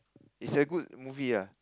it's a good movie ah